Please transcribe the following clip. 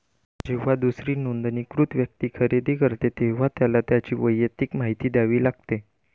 जेव्हा दुसरी नोंदणीकृत व्यक्ती खरेदी करते, तेव्हा त्याला त्याची वैयक्तिक माहिती द्यावी लागते